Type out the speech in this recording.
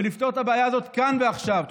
ולפתור את הבעיה הזאת כאן ועכשיו.